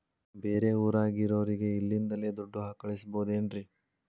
ಬೇರೆ ಊರಾಗಿರೋರಿಗೆ ಇಲ್ಲಿಂದಲೇ ದುಡ್ಡು ಕಳಿಸ್ಬೋದೇನ್ರಿ?